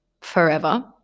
forever